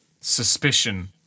suspicion